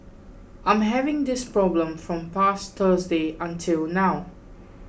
I'm having this problem from past Thursday until now